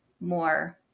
more